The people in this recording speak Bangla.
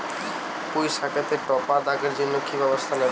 পুই শাকেতে টপা দাগের জন্য কি ব্যবস্থা নেব?